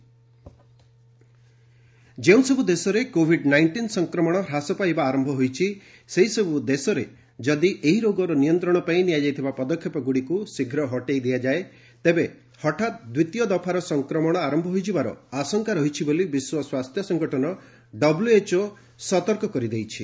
ହୁ warns ଯେଉଁସବୁ ଦେଶରେ COVID nineteen ସଂକ୍ରମଣ ହ୍ରାସ ପାଇବା ଆରମ୍ଭ ହୋଇଛି ସେଇସବ୍ ଦେଶରେ ଯଦି ଏହି ରୋଗର ନିୟନ୍ତ୍ରଣ ପାଇଁ ନିଆଯାଇଥିବା ପଦକ୍ଷେପଗୁଡ଼ିକୁ ଶୀଘ୍ର ହଟେଇ ଦିଆଯାଏ ତେବେ ହଠାତ୍ ଦ୍ୱିତୀୟ ଦଫାର ସଂକ୍ରମଣ ଆରମ୍ଭ ହୋଇଯିବାର ଆଶଙ୍କା ରହିଛି ବୋଲି ବିଶ୍ୱ ସ୍ୱାସ୍ଥ୍ୟ ସଂଗଠନ ଡବୁଏଚ୍ଓ ସତର୍କ କରିଦେଇଛି